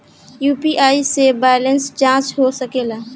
UPI से balance जाँच हो सके ला?